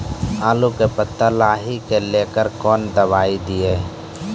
आलू के पत्ता लाही के लेकर कौन दवाई दी?